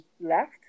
left